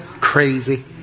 crazy